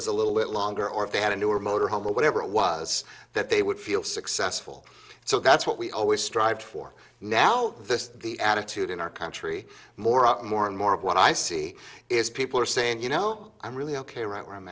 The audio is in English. was a little bit longer or if they had a newer motor home or whatever it was that they would feel successful so that's what we always strive for now this is the attitude in our country more and more and more of what i see is people are saying you know i'm really ok right where i'm